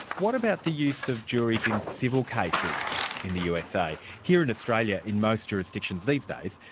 what about the use of juries in civil cases in the usa? here in australia, in most jurisdictions these days,